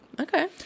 Okay